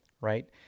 right